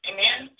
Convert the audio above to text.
Amen